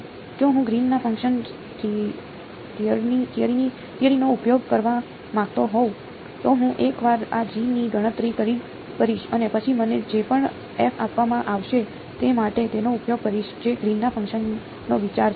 જો હું ગ્રીનના ફંક્શનની થિયરીનો ઉપયોગ કરવા માંગતો હોય તો હું એકવાર આ Gની ગણતરી કરીશ અને પછી મને જે પણ f આપવામાં આવશે તે માટે તેનો ઉપયોગ કરીશ જે ગ્રીનના ફંક્શનનો વિચાર છે